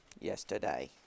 Yesterday